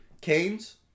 Canes